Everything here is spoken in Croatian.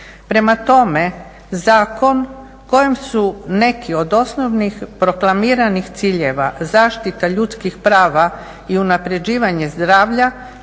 Prema tome zakon kojem su neki od osnovnih proklamiranih ciljeva zaštita ljudskih prava i unapređivanje zdravlja